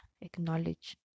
acknowledge